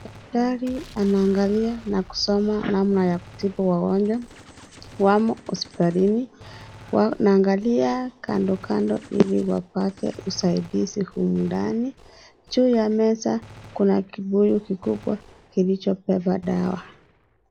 Daktari anaangalia na kusoma namna ya kutibu mgonjwa, wamo hospitalini, anaangalia kando kando ili wapate usaidizi humu ndani, juu ya meza kuna kibuyu kikubwa kilichobeba dawa.